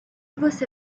você